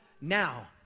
now